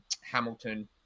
Hamilton